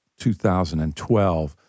2012